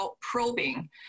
probing